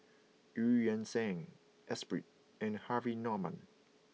Eu Yan Sang Espirit and Harvey Norman